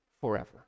forever